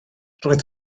roedd